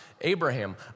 Abraham